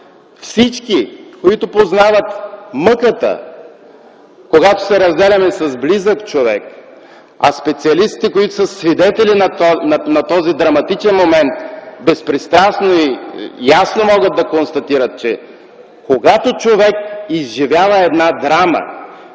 Всички, които познават мъката, когато се разделяме с близък човек, а специалистите, които са свидетели на този драматичен момент, безпристрастно и ясно могат да констатират, че когато човек изживява една драма,